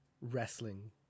wrestling